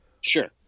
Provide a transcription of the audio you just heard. Sure